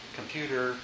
computer